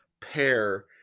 pair